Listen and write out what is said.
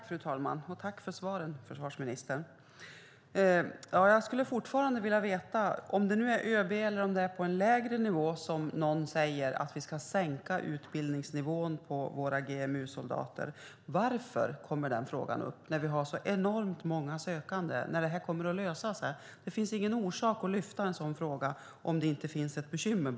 Fru talman! Jag tackar försvarsministern för svaren. Jag skulle fortfarande vilja veta om det är ÖB som säger eller om det är på en lägre nivå som man säger att vi ska sänka utbildningsnivån på våra GMU-soldater. Varför kommer den frågan upp när vi har så enormt många sökande och när detta kommer att lösas? Det finns ingen orsak att lyfta fram en sådan fråga om det inte finns ett bekymmer.